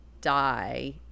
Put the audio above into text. die